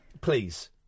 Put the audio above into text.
Please